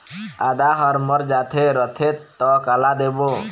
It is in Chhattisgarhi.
आदा हर मर जाथे रथे त काला देबो?